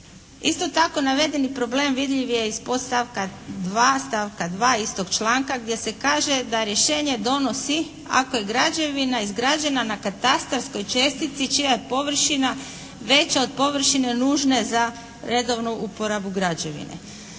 Isto tako, navedeni problem vidljiv je iz podstavka 2. stavka 2. istog članka gdje se kaže da rješenje donosi ako je građevina izgrađena na katastarskoj čestici čija je površina veća od površine nužne za redovnu uporabu građevine.